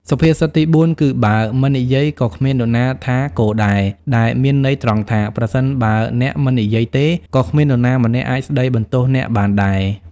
សុភាសិតទីបួនគឺ បើមិននិយាយ ក៏គ្មាននរណាថាគដែរ ដែលមានន័យត្រង់ថា ប្រសិនបើអ្នកមិននិយាយទេ ក៏គ្មាននរណាម្នាក់អាចស្តីបន្ទោសអ្នកបានដែរ។